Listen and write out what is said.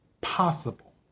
possible